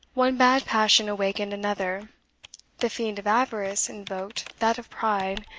one bad passion awakened another the fiend of avarice invoked that of pride,